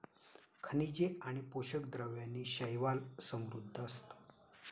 खनिजे आणि पोषक द्रव्यांनी शैवाल समृद्ध असतं